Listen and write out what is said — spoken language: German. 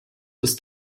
ist